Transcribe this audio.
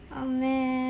oh man